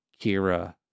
Kira